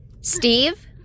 Steve